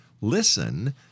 listen